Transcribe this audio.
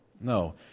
No